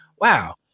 wow